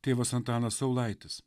tėvas antanas saulaitis